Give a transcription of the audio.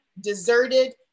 deserted